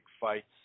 fights